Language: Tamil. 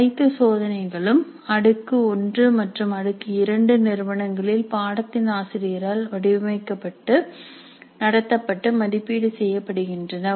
அனைத்து சோதனைகளும் அடுக்கு 1 மற்றும் அடுக்கு 2 நிறுவனங்களில் பாடத்தின் ஆசிரியரால் வடிவமைக்கப்பட்டு நடத்தப்பட்டு மதிப்பீடு செய்யப்படுகின்றன